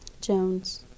Jones